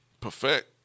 perfect